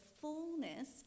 fullness